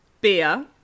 beer